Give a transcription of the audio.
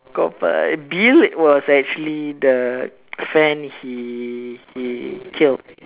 com~ Bill was actually the friend he he killed